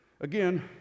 Again